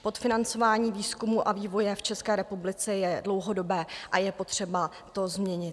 Podfinancování výzkumu a vývoje v České republice je dlouhodobé a je potřeba to změnit.